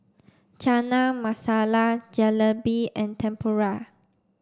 Chana Masala Jalebi and Tempura